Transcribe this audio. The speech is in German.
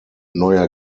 neuer